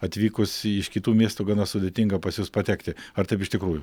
atvykus iš kitų miestų gana sudėtinga pas jus patekti ar taip iš tikrųjų